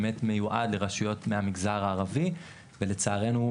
באמת מיועד לרשויות מהמגזר הערבי ולצערנו,